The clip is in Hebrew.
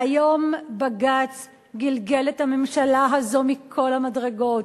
והיום בג"ץ גלגל את הממשלה הזאת מכל המדרגות,